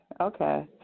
Okay